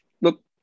look